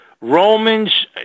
Romans